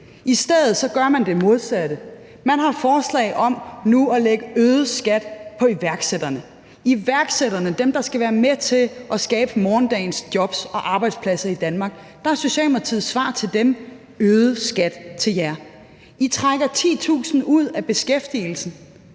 I stedet gør man det modsatte. Man har forslag om nu at lægge en øget skat på iværksætterne – iværksætterne, som er dem, der skal være med til at skabe morgendagens jobs og arbejdspladser i Danmark. Der er Socialdemokratiets svar til dem: Øget skat til jer. I trækker 10.000 ud af beskæftigelsen.